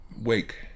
wake